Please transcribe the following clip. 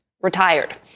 retired